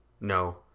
No